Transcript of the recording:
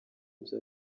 byo